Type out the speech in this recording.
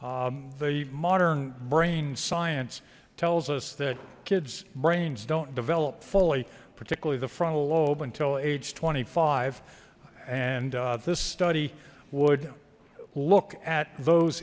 the modern brain science tells us that kids brains don't develop fully particularly the frontal lobe until age twenty five and this study would look at those